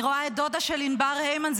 אני רואה את דודה של ענבר הימן,